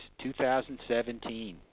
2017